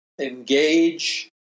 engage